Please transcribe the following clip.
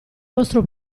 vostro